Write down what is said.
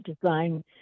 Design